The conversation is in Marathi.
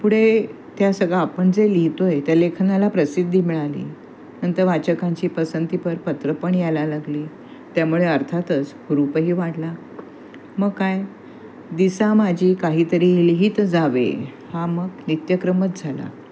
पुढे त्या सगळं आपण जे लिहितो आहे त्या लेखनाला प्रसिद्धी मिळाली नंतर वाचकांची पसंतीपर पत्रं पण यायला लागली त्यामुळे अर्थातच हुरूपही वाढला मग काय दिसामाजी काहीतरी लिहित जावे हा मग नित्यक्रमच झाला